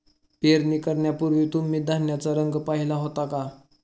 पेरणी करण्यापूर्वी तुम्ही धान्याचा रंग पाहीला होता का?